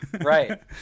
right